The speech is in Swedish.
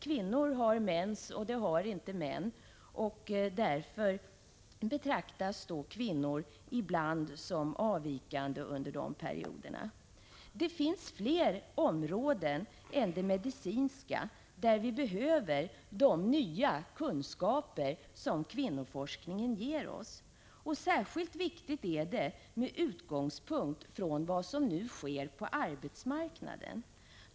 Kvinnor har mens, och det har inte män. Därför betraktas kvinnor som avvikande under de perioderna. Det finns fler områden än det medicinska där vi behöver de nya kunskaper som kvinnoforskningen ger oss. Särskilt viktigt är detta med utgångspunkt från vad som sker på arbetsmarknaden.